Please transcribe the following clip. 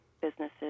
businesses